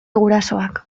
gurasoak